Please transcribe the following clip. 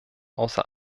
außer